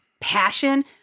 passion